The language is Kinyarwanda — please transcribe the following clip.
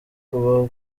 kubaho